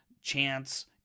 Chance